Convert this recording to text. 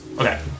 Okay